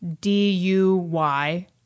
D-U-Y